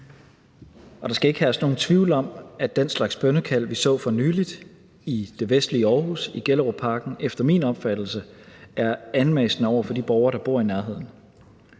og der skal ikke herske nogen tvivl om, at den slags bønnekald, vi så for nylig i det vestlige Aarhus i Gellerupparken, efter min opfattelse er anmassende over for de borgere, der bor i nærheden.